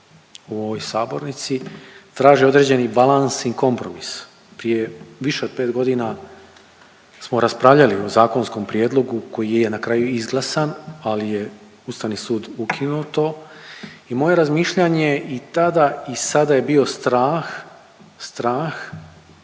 u ovoj sabornici traže određeni balans ili kompromis. Prije više od 5.g. smo raspravljali o zakonskom prijedlogu koji je na kraju i izglasan ali je Ustavni sud ukinuo to i moje razmišljanje i tada i sada je bio strah, strah